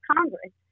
Congress